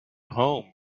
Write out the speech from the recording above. home